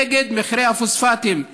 נגד מחירי הפוספטים.